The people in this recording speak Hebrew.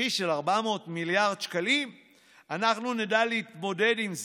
בתרחיש של 400 מיליארד אנחנו נדע להתמודד עם זה,